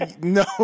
no